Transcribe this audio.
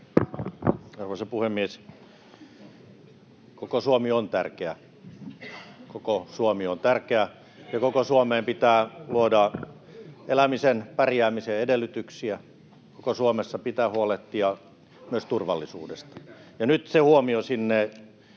on tärkeä. Koko Suomi on tärkeä, ja koko Suomeen pitää luoda elämisen, pärjäämisen edellytyksiä. Koko Suomessa pitää huolehtia myös turvallisuudesta. [Keskustan